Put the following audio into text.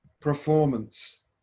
performance